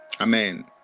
Amen